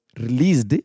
released